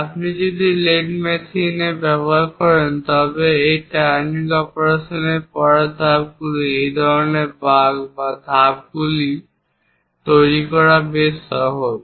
আপনি যদি lathe machine ব্যবহার করেন তবে এই টার্নিং অপারেশনের পরের ধাপগুলি এই ধরনের বাঁক বা ধাপগুলি তৈরি করা বেশ সহজ